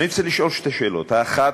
אני רוצה לשאול שתי שאלות: האחת,